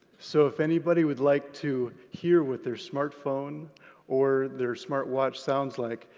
so if anybody would like to hear what their smartphone or their smartwatch sounds like,